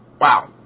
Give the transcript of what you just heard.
wow